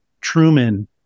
Truman